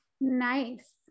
Nice